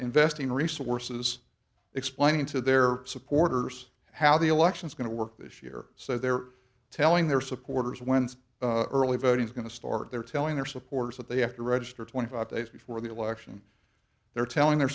investing resources explaining to their supporters how the election's going to work this year so they're telling their supporters when's early voting is going to start they're telling their supporters that they have to register twenty five days before the election they're telling their